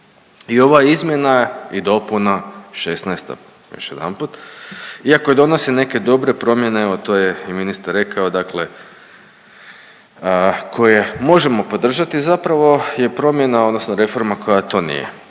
I ova izmjena i dopuna šesnaesta još jedanput, iako donosi i neke dobre promjene evo to je i ministar rekao, dakle koje možemo podržati zapravo je promjena, odnosno reforma koja to nije.